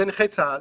לנכי צה"ל